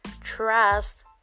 Trust